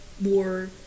more